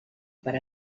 per